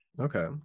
Okay